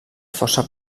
força